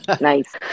Nice